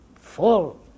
full